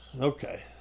okay